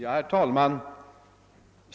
Herr talman!